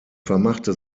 vermachte